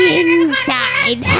inside